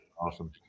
Awesome